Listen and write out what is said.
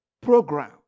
program